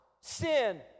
sin